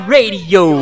Radio